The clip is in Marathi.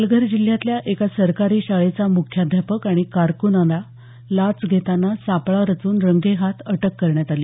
पालघर जिल्ह्यातल्या एका सरकारी शाळेचा म्ख्याध्यापक आणि कारक्नाला लाच घेताना सापळा रच्न रंगेहाथ अटक करण्यात आली